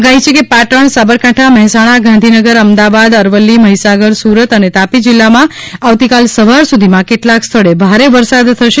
આગાહી છે કે પાટણ સાબરકાંઠા મહેસાણા ગાંધીનગર અમદાવાદ અરવલ્લી મહીસાગર સુરત અને તાપી જિલ્લામાં આવતીકાલ સવાર સુધીમાં કેટલાંક સ્થળે ભારે વરસાદ થશે